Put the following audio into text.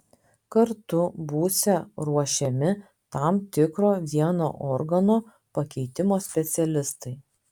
kartu būsią ruošiami tam tikro vieno organo pakeitimo specialistai